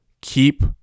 Keep